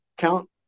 count